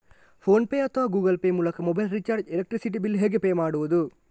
Phone pay ಅಥವಾ Google Pay ಮೂಲಕ mobile recharge, electricity bill ಹೇಗೆ ಪೇ ಮಾಡುವುದು?